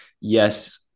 Yes